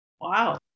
Wow